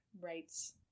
rights